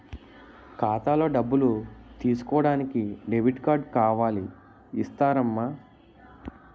ఖాతాలో డబ్బులు తీసుకోడానికి డెబిట్ కార్డు కావాలి ఇస్తారమ్మా